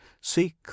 seek